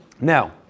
Now